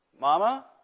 Mama